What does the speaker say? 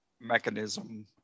mechanism